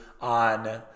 on